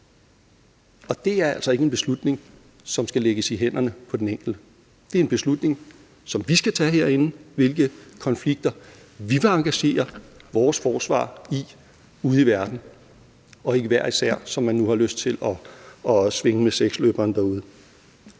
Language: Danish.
og det er altså ikke en beslutning, som skal lægges i hænderne på den enkelte. Det er en beslutning, som vi skal tage herinde, hvilke konflikter vi vil engagere vores forsvar i ude i verden, og ikke hver især, som man nu har lyst til at svinge med seksløberen derude.